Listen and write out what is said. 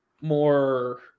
more